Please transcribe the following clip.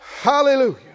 Hallelujah